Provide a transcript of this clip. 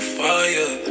fire